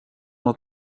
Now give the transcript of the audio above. dat